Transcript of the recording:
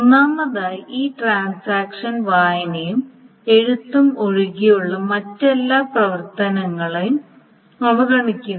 ഒന്നാമതായി ഈ ട്രാൻസാക്ഷൻ വായനയും എഴുത്തും ഒഴികെയുള്ള മറ്റെല്ലാ പ്രവർത്തനങ്ങളെയും അവഗണിക്കുന്നു